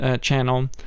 channel